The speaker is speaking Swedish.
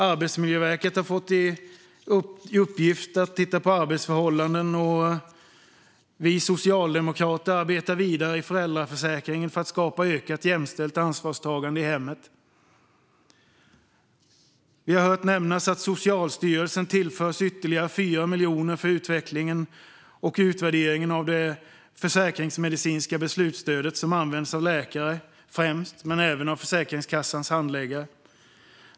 Arbetsmiljöverket har fått i uppgift att titta på arbetsförhållanden, och vi socialdemokrater arbetar vidare med föräldraförsäkringen för att skapa ett ökat jämställt ansvarstagande i hemmet. Vi har hört nämnas att Socialstyrelsen tillförs ytterligare 4 miljoner för utvecklingen och utvärderingen av det försäkringsmedicinska beslutsstöd som främst används av läkare men även av Försäkringskassans handläggare.